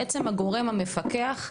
עצם הגורם המפקח,